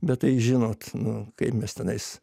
bet tai žinot nu kaip mes tenais